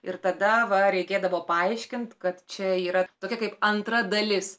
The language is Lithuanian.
ir tada va reikėdavo paaiškint kad čia yra tokia kaip antra dalis